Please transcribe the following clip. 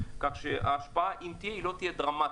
כך שההשפעה, אם תהיה, לא תהיה דרמטית.